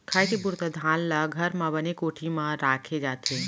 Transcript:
खाए के पुरता धान ल घर म बने कोठी म राखे जाथे